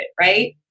right